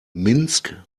minsk